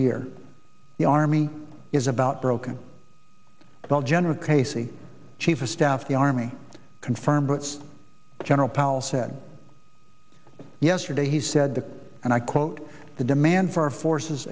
year the army is about broken well general casey chief of staff the army confirmed what's general powell said yesterday he said and i quote the demand for our forces